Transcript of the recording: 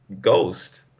ghost